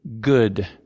good